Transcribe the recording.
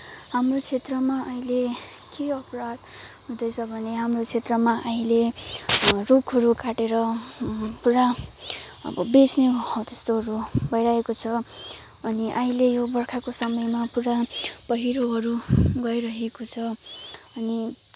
हाम्रो क्षेत्रमा अहिले के अपराध हुँदैछ भने हाम्रो क्षेत्रमा अहिले रुखहरू काटेर पुरा अब बेच्ने हो त्यस्तोहरू भइरहेको छ अनि अहिले यो बर्खाको समयमा पुरा पहिरोहरू गइरहेको छ अनि